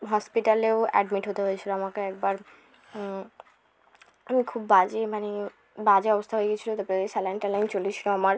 হসপিটালেও admit হতে হয়েছিলো আমাকে একবার আমি খুব বাজে মানে বাজে অবস্থা হয়ে গিয়েছিলো তাপরে স্যালাইন ট্যালাইন চলেছিলো আমার